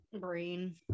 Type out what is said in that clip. brain